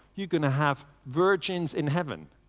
you're going to have virgins in heaven,